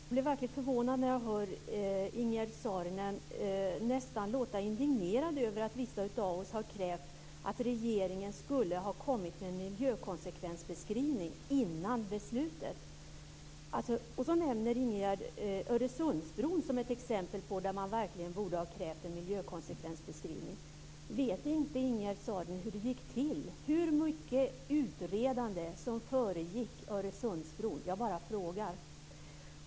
Fru talman! Jag blir verkligen förvånad när jag hör Ingegerd Saarinen låta nästan indignerad över att vissa av oss har krävt att regeringen skulle ha kommit med en miljökonsekvensbeskrivning före beslutet. Ingegerd Saarinen nämner Öresundsbron som ett exempel där man verkligen borde ha krävt en miljökonsekvensbeskrivning. Vet inte Ingegerd Saarinen hur det gick till och hur mycket utredande som föregick byggandet av Öresundsbron? Jag bara frågar.